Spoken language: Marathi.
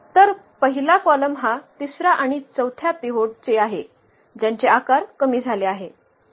तर पहिला कॉलम हा तिसरा आणि चौथ्या पिव्होट चे आहे ज्यांचे आकार कमी झाले आहे